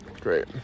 Great